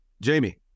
jamie